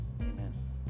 Amen